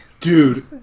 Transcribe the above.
Dude